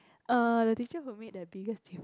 uh the teacher who made the biggest diff~